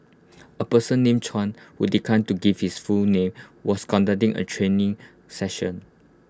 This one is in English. A person named Chuan who declined to give his full name was conducting A training session